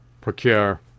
procure